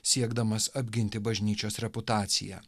siekdamas apginti bažnyčios reputaciją